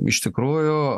iš tikrųjų